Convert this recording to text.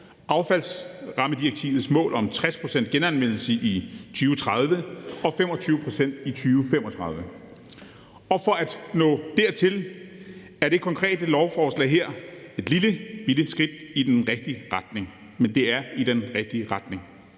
affaldsrammedirektivets mål om 60 pct. genanvendelse i 2030 og 25 pct. i 2035. For at nå dertil er det konkrete lovforslag her et lillebitte skridt i den rigtige retning – men det er i den rigtige retning.